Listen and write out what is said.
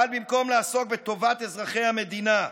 אבל במקום לעסוק בטובת אזרחי המדינה,